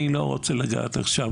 אני לא רוצה לגעת עכשיו